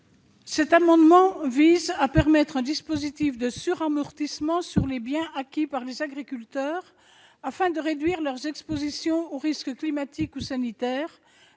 Cet amendement vise à permettre l'instauration d'un dispositif de suramortissement des biens acquis par les agriculteurs afin de réduire leur exposition aux risques climatiques ou sanitaires,